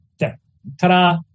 Ta-da